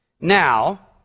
Now